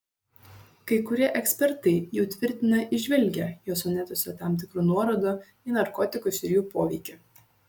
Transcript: kai kurie ekspertai jau tvirtina įžvelgią jo sonetuose tam tikrų nuorodų į narkotikus ir jų poveikį